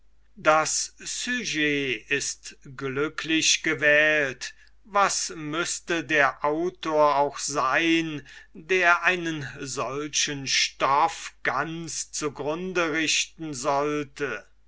das süjet ist glücklich gewählt was müßte der autor auch sein der einen solchen stoff ganz zu grunde richten sollte